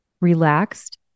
relaxed